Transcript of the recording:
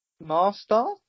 master